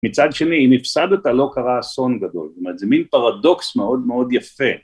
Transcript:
מצד שני אם הפסדת לא קרה אסון גדול. זאת אומרת זה מין פרדוקס מאוד מאוד יפה